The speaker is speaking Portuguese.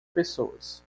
pessoas